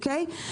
אוקיי?